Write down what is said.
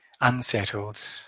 unsettled